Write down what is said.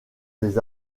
des